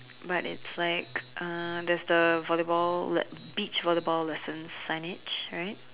but it's like uh there's the volleyball that beach volleyball listen signage right